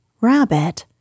Rabbit